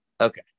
Okay